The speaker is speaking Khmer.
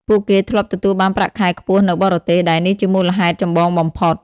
ពួកគេធ្លាប់ទទួលបានប្រាក់ខែខ្ពស់នៅបរទេស ដែលនេះជាមូលហេតុចម្បងបំផុត។